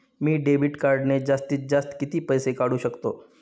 मी debit कार्डने जास्तीत जास्त किती पैसे काढू शकतो?